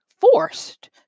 forced